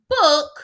book